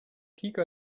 kika